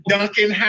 Duncan